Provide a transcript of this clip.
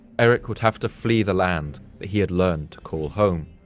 erik would have to flee the land that he had learned to call home.